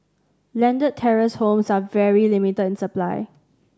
landed terrace homes are very limited in supply